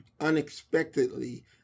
unexpectedly